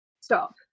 stop